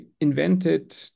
invented